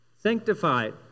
Sanctified